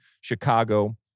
Chicago